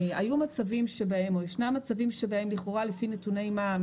היו מצבים שבהם או ישנם מצבים שבהם לכאורה לפי נתוני מע"מ,